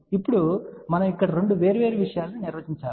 ఇప్పుడు మనము ఇక్కడ రెండు వేర్వేరు విషయాలను నిర్వచించాలి